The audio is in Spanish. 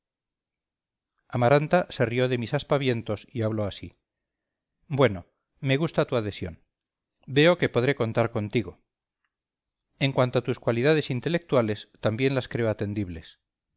amaranta se rió de mis aspavientos y habló así bueno me gusta tu adhesión veo que podré contar contigo en cuanto a tus cualidades intelectuales también las creo atendibles